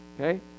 Okay